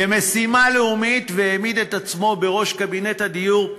כמשימה לאומית, והעמיד את עצמו בראש קבינט הדיור.